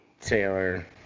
Taylor